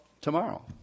tomorrow